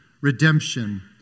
redemption